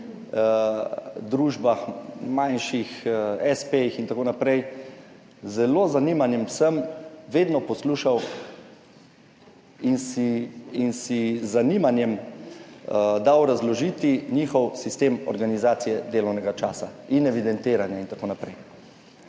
družbah, manjših espejih in tako naprej zelo z zanimanjem sem vedno poslušal in si z zanimanjem dal razložiti njihov sistem organizacije delovnega časa in evidentiranja in tako naprej.